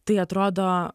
tai atrodo